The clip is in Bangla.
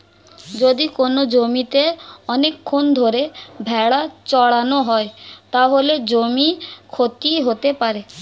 যদি কোনো জমিতে অনেকক্ষণ ধরে ভেড়া চড়ানো হয়, তাহলে জমির ক্ষতি হতে পারে